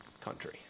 country